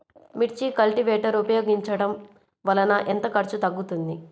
మిర్చి కల్టీవేటర్ ఉపయోగించటం వలన ఎంత ఖర్చు తగ్గుతుంది?